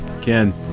Ken